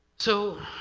so